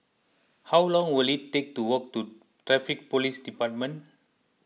how long will it take to walk to Traffic Police Department